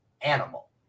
animal